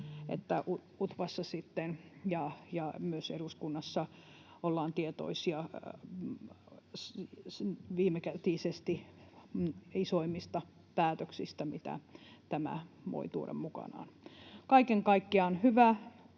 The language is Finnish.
sitten UTVAssa ja myös eduskunnassa ollaan tietoisia viimekätisesti isoimmista päätöksistä, mitä tämä voi tuoda mukanaan. Kaiken kaikkiaan